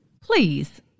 Please